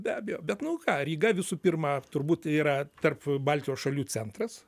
be abejo bet nu ką ryga visų pirma turbūt yra tarp baltijos šalių centras